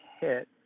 hit